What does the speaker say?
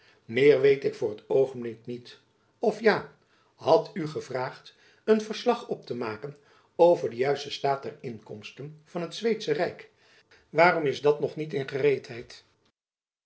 meer weet ik voor t oogenblik niet of ja ik had u gevraagd een verslag op te maken over den juisten staat der inkomsten van het zweedsche rijk waarom is dat nog niet in gereedheid